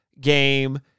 game